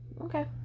Okay